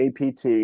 APT